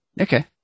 okay